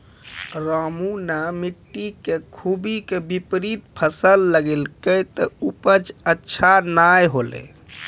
रामू नॅ मिट्टी के खूबी के विपरीत फसल लगैलकै त उपज अच्छा नाय होलै